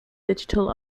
digital